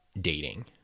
dating